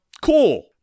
cool